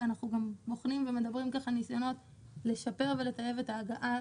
אנחנו בוחנים ומנסים לשפר ולטייב את ההגעה.